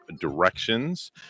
directions